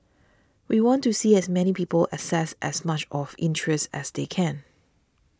we want to see as many people access as much of interest as they can